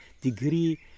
degree